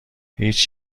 هیچ